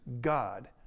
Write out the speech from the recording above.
God